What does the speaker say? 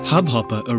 Hubhopper